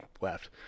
left